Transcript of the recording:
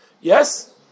Yes